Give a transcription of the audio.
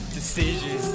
Decisions